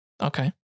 Okay